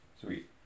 Sweet